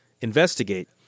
investigate